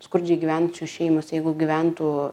skurdžiai gyvenančių šeimos jeigu gyventų